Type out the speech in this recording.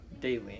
daily